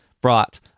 brought